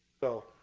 so